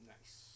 Nice